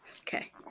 Okay